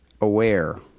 aware